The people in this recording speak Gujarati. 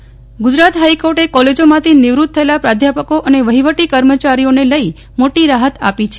હાઈકોર્ટ ગુજરાત હાઈકોર્ટે કોલેજોમાંથી નિવૃત થયેલ પ્રાધ્યાપકો અને વહીવટી કર્મચારીઓને લઈને મોટી રાહત આપી છે